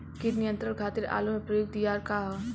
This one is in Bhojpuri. कीट नियंत्रण खातिर आलू में प्रयुक्त दियार का ह?